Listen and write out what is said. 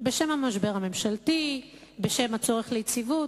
בשם המשבר הממשלתי, בשם הצורך ביציבות.